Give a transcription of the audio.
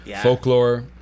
folklore